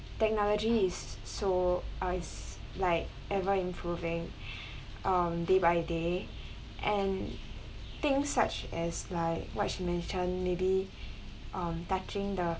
technology is so uh is like ever improving um day by day and things such as like what she mentioned maybe um touching the